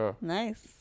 Nice